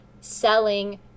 selling